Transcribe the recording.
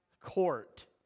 court